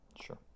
Sure